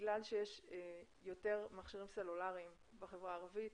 בגלל שיש יותר מכשירים סלולריים בחברה הערבית,